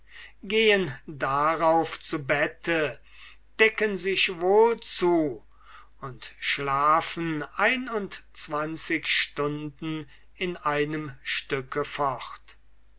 gehen darauf zu bette decken sich wohl zu und schlafen ein und zwanzig stunden in einem stücke fort